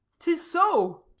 tis so.